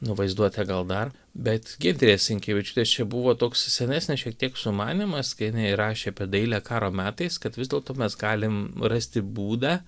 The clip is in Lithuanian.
nu vaizduotę gal dar bet giedrės jankevičiūtės čia buvo toks senesnis šiek tiek sumanymas kai jinai rašė apie dailę karo metais kad vis dėlto mes galim rasti būdą